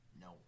No